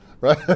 right